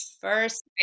First